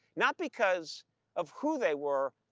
not because of who they were,